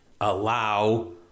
allow